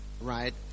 right